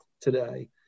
today